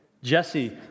Jesse